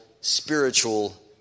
spiritual